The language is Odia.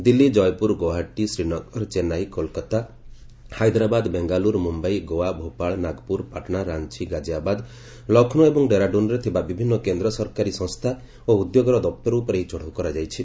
ଦିଲ୍ଲୀ ଜୟପୁର ଗୁଆହାଟୀ ଶ୍ରୀନଗର ଚେନ୍ନଇ କଲକାତା ହାଇଦରାବାଦ ବେଙ୍ଗାଲୁରୁ ମୁମ୍ୟଇ ଗୋଆ ଭୋପାଳ ନାଗପୁର ପାଟଣା ରାଞ୍ଚ ଗାଜିଆବାଦ ଲକ୍ଷ୍ରୌ ଏବଂ ଡେରାଡୁନ୍ରେ ଥିବା ବିଭିନ୍ନ କେନ୍ଦ୍ର ସରକାରୀ ସଂସ୍ଥା ଓ ଉଦ୍ୟୋଗର ଦପ୍ତର ଉପରେ ଏହି ଚଢ଼ଉ କରାଯାଇଛି